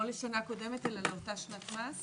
לא לשנה קודמת אלא לאותה שנת מס?